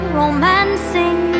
romancing